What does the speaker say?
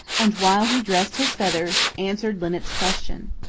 and while he dressed his feathers, answered linnet's question.